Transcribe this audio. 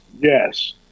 Yes